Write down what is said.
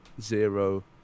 zero